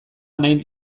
nahi